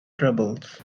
troubles